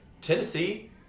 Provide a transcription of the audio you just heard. Tennessee